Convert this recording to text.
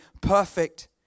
perfect